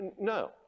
No